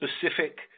specific